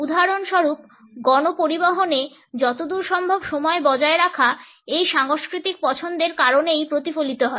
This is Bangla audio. উদাহরণস্বরুপ গণপরিবহনে যতদূর সম্ভব সময় বজায় রাখা এই সাংস্কৃতিক পছন্দের কারণেই প্রতিফলিত হয়